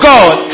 God